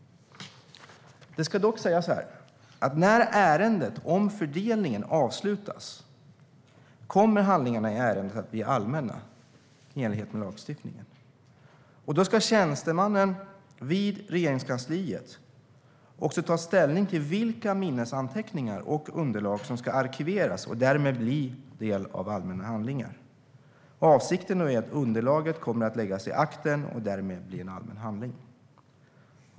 Det ska dock sägas att när ärendet om fördelningen avslutas kommer handlingarna i ärendet att bli allmänna, i enlighet med lagstiftningen. Då ska tjänstemannen i Regeringskansliet också ta ställning till vilka minnesanteckningar och underlag som ska arkiveras och därmed bli del av allmänna handlingar. Avsikten är att underlaget kommer att läggas i akten och därmed bli en allmän handling.